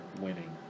winning